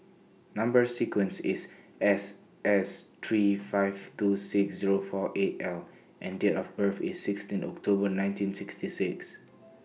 Number sequence IS S S three five two six Zero four eight L and Date of birth IS sixteen October nineteen sixty six